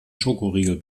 schokoriegel